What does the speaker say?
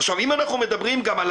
עכשיו, אם אנחנו מדברים גם על